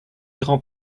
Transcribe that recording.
grand